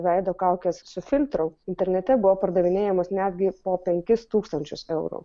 veido kaukės su filtru internete buvo pardavinėjamos netgi po penkis tūkstančius eurų